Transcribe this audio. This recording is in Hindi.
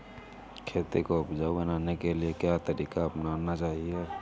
खेती को उपजाऊ बनाने के लिए क्या तरीका अपनाना चाहिए?